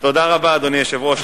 תודה רבה, אדוני היושב-ראש.